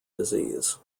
disease